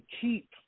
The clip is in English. keep